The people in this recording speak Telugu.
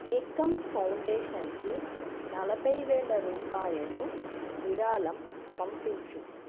ఏకమ్ ఫౌండేషన్కి నలభై వేల రూపాయలు విరాళం పంపించు